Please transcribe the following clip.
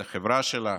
את החברה שלה.